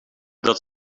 dat